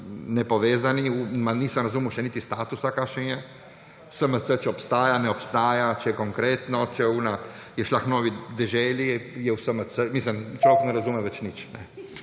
nepovezani, ma nisem razumel še niti statusa, kakšen je. SMC – če obstaja, ne obstaja, če je Konkretno, če je una šla k Novi deželi, je v SMC?! Mislim, človek ne razume več nič.